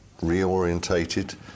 reorientated